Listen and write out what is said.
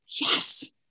yes